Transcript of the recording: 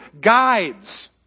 guides